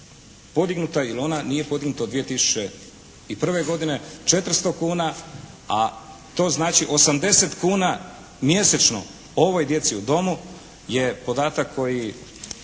podignuta ili ona nije podignuta od 2001. godine 400 kuna, a to znači 80 kuna mjesečno ovoj djeci u domu je podatak koji